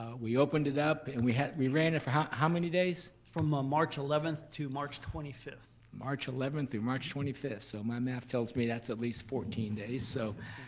ah we opened it up and we we ran it for how how many days? from ah march eleventh to march twenty fifth. march eleventh through march twenty fifth. so my math tells me that's at least fourteen days. so